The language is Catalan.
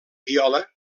viola